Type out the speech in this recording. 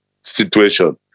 situation